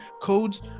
codes